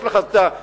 יש לך רכוש,